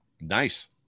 Nice